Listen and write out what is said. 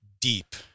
deep